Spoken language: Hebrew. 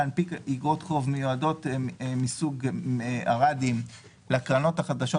של אגרות חוב מיועדות מסוג ערדים לקרנות החדשות